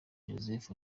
joseph